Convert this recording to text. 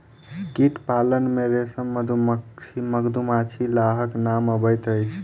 कीट पालन मे रेशम, मधुमाछी, लाहक नाम अबैत अछि